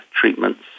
treatments